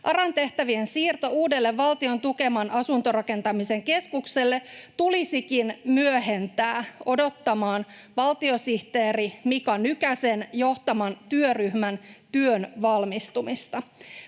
ARAn tehtävien siirto uudelle Valtion tukeman asuntorakentamisen keskukselle tulisikin myöhentää odottamaan valtiosihteeri Mika Nykäsen johtaman työryhmän työn valmistumista.